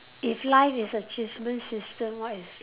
if life is achievement system what is